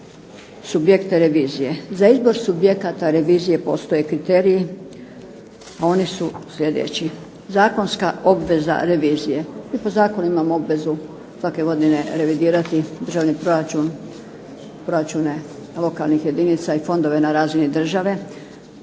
subjekte revizije. Za izbor subjekata razvije postoje kriteriji. Oni su sljedeći, zakonska obveza revizije. Mi po zakonu imamo obvezu svake godine revidirati državni proračun, proračune lokalnih jedinice i fondove na razini države.